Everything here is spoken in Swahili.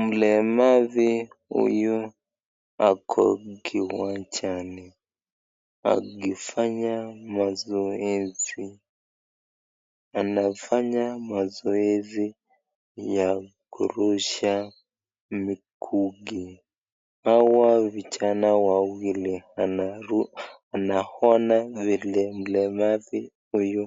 Mlemavu huyu ako kiwanjani agifanya mazoezi anafanya mazoezi ya kurusha mikuki hawa vijana wawili anaru anahona vile mlemavu huyu